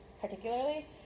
particularly